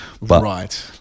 right